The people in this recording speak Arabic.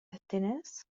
التنس